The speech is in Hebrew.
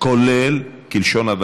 יואל חסון,